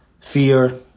fear